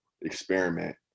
experiment